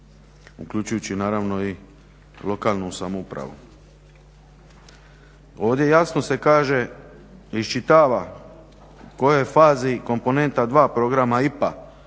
uključujući naravno i lokalnu samoupravu. Ovdje se jasno iščitava u kojoj je fazi komponenta II programa IPA